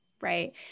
Right